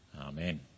Amen